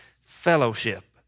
fellowship